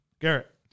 Garrett